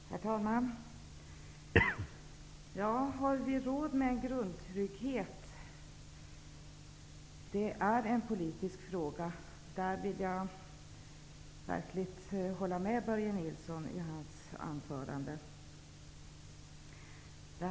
Herr talman! Har vi råd med grundtrygghet? Jag vill verkligen hålla med Börje Nilsson om att det är en politisk fråga.